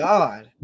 God